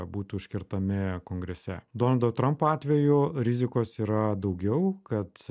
būtų užkertami kongrese donaldo trampo atveju rizikos yra daugiau kad